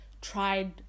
tried